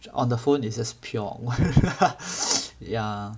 on the phone is just pure awkward yeah